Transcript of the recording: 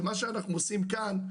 מה שאנחנו עושים כאן,